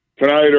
tonight